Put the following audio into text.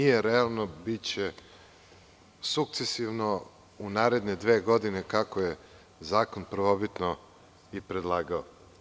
Nije realno, biće sukcesivno u naredne dve godine kako je zakon prvobitno i predlagao.